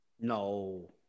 No